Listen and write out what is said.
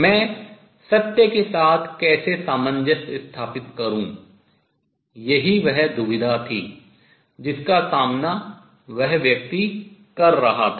मैं सत्य के साथ कैसे सामंजस्य स्थापित करूँ यही वह दुविधा थी जिसका सामना यह व्यक्ति कर रहा था